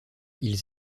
ils